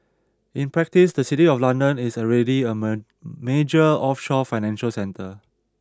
in practice the city of London is already a major offshore financial centre